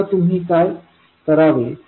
आता तुम्ही काय करावे